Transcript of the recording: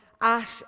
ash